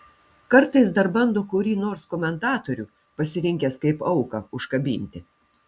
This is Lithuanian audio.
kartais dar bando kurį nors komentatorių pasirinkęs kaip auką užkabinti